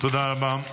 תודה רבה.